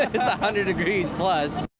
hundred degrees plus.